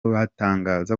batangaza